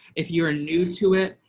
if you are new to it,